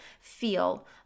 feel